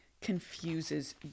confuses